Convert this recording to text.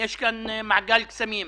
יש כאן מעגל קסמים: